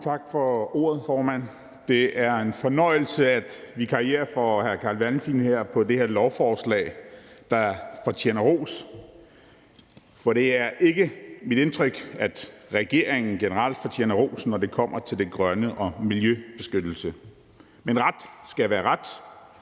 tak for ordet, formand. Det er en fornøjelse at vikariere for hr. Carl Valentin på det her lovforslag, der fortjener ros. For det er ikke mit indtryk, at regeringen generelt fortjener ros, når det kommer til det grønne og miljøbeskyttelse, men ret skal være ret.